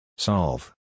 Solve